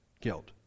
guilt